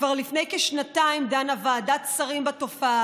כבר לפני כשנתיים דנה ועדת שרים בתופעה